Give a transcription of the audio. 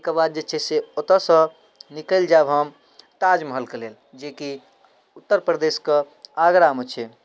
तैके बाद जे छै से ओतयसँ निकलि जायब हम ताजमहलके लेल जेकी उत्तर प्रदेशके आगरामे छै